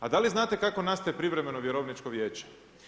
A da li znate kako nastaje privremeno vjerovničko vijeće?